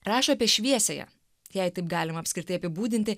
rašo apie šviesiąją jei taip galima apskritai apibūdinti